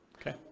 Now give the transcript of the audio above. Okay